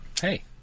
Hey